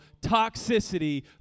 toxicity